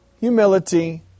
humility